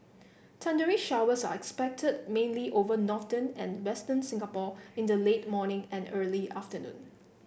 thundery showers are expected mainly over northern and western Singapore in the late morning and early afternoon